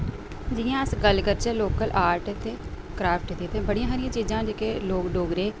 जियां अस गल्ल करचै लोकल आर्ट ते क्राफ्ट दी ते बड़ियां हारियां चीजां न जेह्के लोक डोगरे